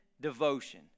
devotion